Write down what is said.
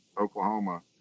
Oklahoma